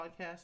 podcast